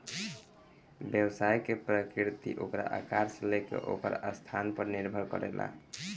व्यवसाय के प्रकृति ओकरा आकार से लेके ओकर स्थान पर निर्भर करेला